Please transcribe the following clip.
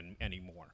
anymore